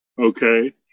okay